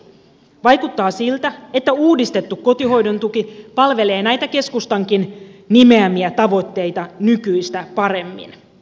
vaikuttaa siltä että uudistettu kotihoidon tuki palvelee näitä keskustankin nimeämiä tavoitteita nykyistä paremmin